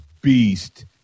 beast